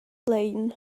lein